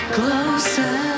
closer